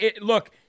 Look